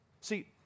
See